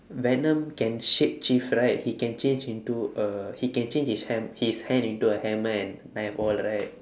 venom can shapeshift right he can change into a he can change his ham~ his hand into a hammer and knife all right